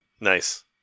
Nice